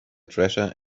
treasure